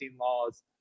laws